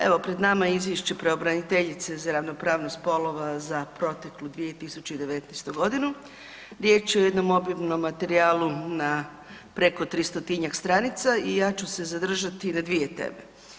Evo pred nama je Izvješće pravobraniteljice za ravnopravnost spolova za proteklu 2019. g., riječ je o jednom obilnom materijalu na preko 300-tinjak stranica i ja ću se zadržati na dvije teme.